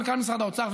מנכ"ל משרד האוצר,